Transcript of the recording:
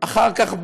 אחר כך בא,